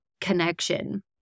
connection